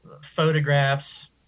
photographs